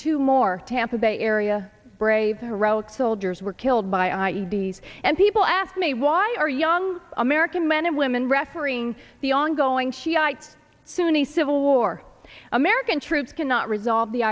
two more tampa bay area brave iraq soldiers were killed by an i e d s and people ask me why are young american men and women refereeing the ongoing shiite sunni civil war american troops cannot resolve the